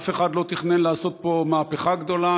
אף אחד לא תכנן לעשות פה מהפכה גדולה.